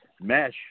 mesh